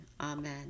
Amen